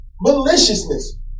Maliciousness